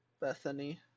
Bethany